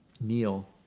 Neil